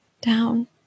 down